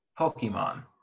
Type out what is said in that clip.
Pokemon